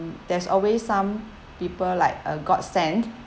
there's always some people like a godsend